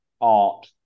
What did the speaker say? Art